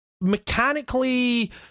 mechanically